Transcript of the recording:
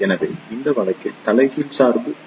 எனவே இந்த வழக்கில் தலைகீழ் சார்பு பி